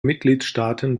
mitgliedstaaten